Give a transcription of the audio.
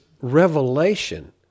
revelation